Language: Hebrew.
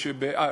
אה,